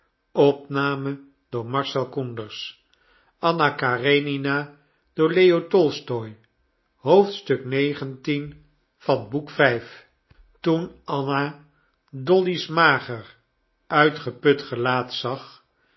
toen anna dolly's mager uitgeput gelaat zag